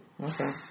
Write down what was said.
Okay